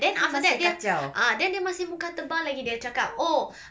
then after that dia ah then dia masih muka tebal lagi dia cakap oh